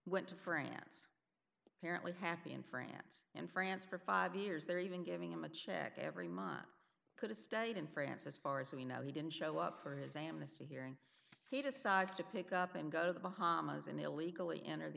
went to france parents happy in france and france for five years they're even giving him a check every month could have stayed in france as far as we know he didn't show up for his amnesty hearing he decides to pick up and go to the bahamas and illegally enter the